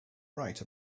right